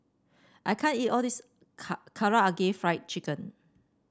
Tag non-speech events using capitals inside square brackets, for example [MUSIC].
I can't eat all this [UNINTELLIGIBLE] Karaage Fried Chicken